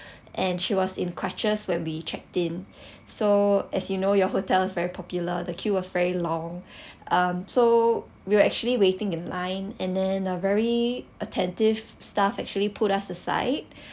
and she was in crutches when we checked in so as you know your hotel is very popular the queue was very long um so we were actually waiting in line and then a very attentive staff actually pulled us aside